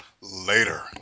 later